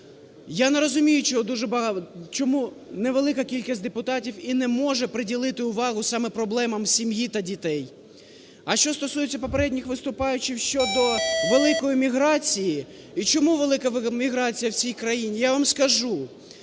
Я не розумію, чому невелика кількість депутатів і не може приділити увагу саме проблемам сім'ї та дітей. А що стосується попередніх виступаючих щодо великої міграції і чому велика міграція в цій країні, я вам скажу.